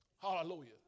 Hallelujah